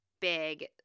big